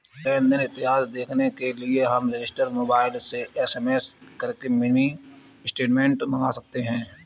लेन देन इतिहास देखने के लिए हम रजिस्टर मोबाइल से एस.एम.एस करके मिनी स्टेटमेंट मंगा सकते है